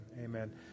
Amen